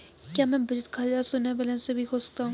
क्या मैं बचत खाता शून्य बैलेंस से भी खोल सकता हूँ?